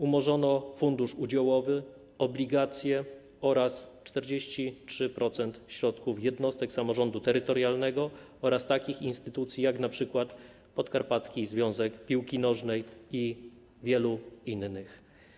Umorzono fundusz udziałowy, obligacje oraz 43% środków jednostek samorządu terytorialnego i takich instytucji, jak np. Podkarpacki Związek Piłki Nożnej i wielu innych.